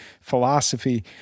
philosophy